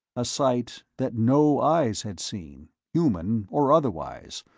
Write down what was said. a sight that no eyes had seen, human or otherwise,